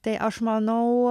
tai aš manau